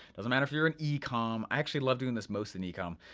doesn't matter if you're in in e-comm, i actually love doing this most in yeah e-comm.